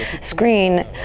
screen